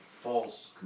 false